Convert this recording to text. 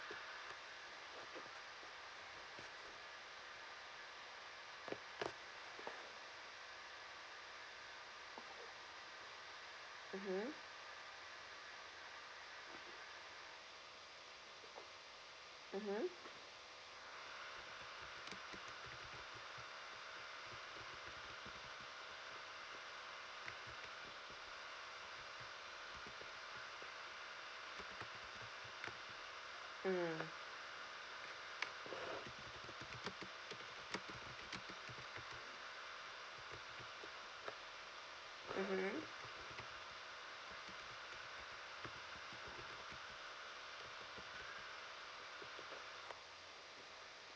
mmhmm mmhmm mm mmhmm